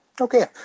okay